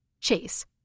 Chase